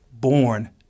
born